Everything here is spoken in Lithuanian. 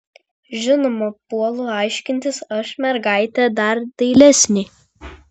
žinoma puolu aiškintis aš mergaitė dar dailesnė